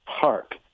Park